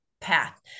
path